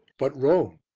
but rome.